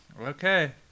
Okay